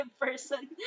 person